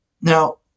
Now